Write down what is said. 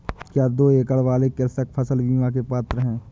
क्या दो एकड़ वाले कृषक फसल बीमा के पात्र हैं?